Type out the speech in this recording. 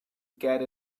get